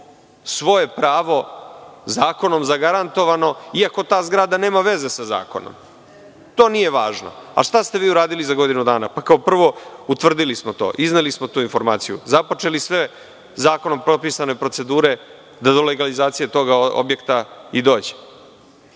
svoje pravo zakonom zagarantovano, iako ta zgrada nema veze sa zakonom. To nije važno. Šta ste vi uradili za godinu dana? Kao prvo, utvrdili smo to, izneli smo tu informaciju, započeli sve zakonom propisane procedure da do legalizacije tog objekta i